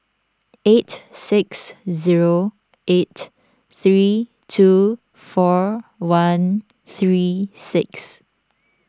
eight six zero eight three two four one three six